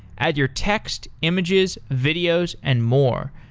add your text, images, videos and more.